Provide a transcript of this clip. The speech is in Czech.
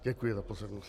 Děkuji za pozornost.